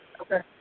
Okay